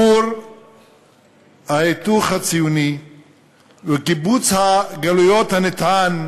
כור ההיתוך הציוני וקיבוץ הגלויות הנטען